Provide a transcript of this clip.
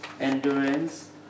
endurance